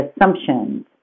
assumptions